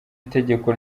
itegeko